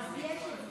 אז יש את זה.